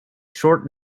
short